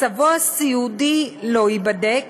מצבו הסיעודי לא ייבדק